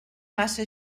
massa